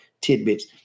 tidbits